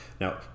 Now